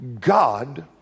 God